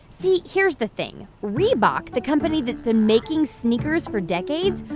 see, here's the thing. reebok, the company that's been making sneakers for decades,